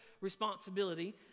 responsibility